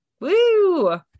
woo